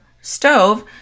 stove